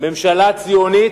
ממשלה ציונית,